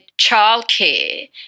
childcare